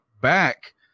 back